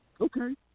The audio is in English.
Okay